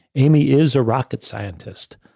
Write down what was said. amy is a rocket scientist,